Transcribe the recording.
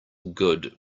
good